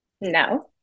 No